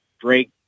Drake